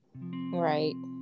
right